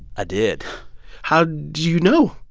i did how did you know?